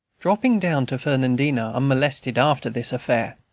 dropping down to fernandina unmolested after this affair,